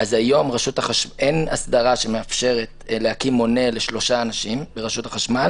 אז היום אין הסדרה שמאפשרת להקים מונה לשלושה אנשים ברשות החשמל